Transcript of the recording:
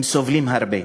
הם סובלים הרבה,